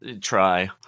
try